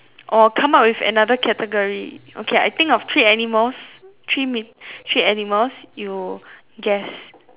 or come out with another category okay I think of three animals three meet three animals you guess